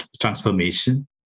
transformation